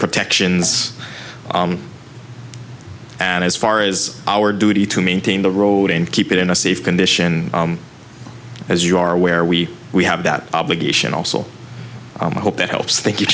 protections and as far as our duty to maintain the road and keep it in a safe condition as you are aware we we have that obligation also hope it helps think you